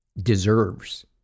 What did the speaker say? deserves